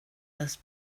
had